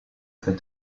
veut